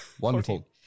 Wonderful